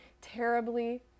terribly